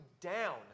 down